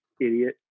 idiot